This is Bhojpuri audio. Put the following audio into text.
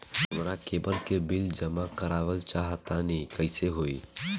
हमरा केबल के बिल जमा करावल चहा तनि कइसे होई?